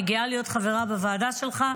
אני גאה להיות חברה בוועדה שלך,